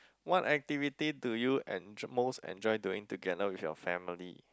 what activity do you enj~ most enjoy doing together with your family